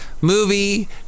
movie